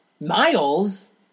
Miles